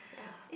yeah